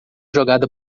jogada